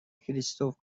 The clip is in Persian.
کریستف